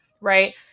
right